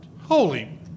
Holy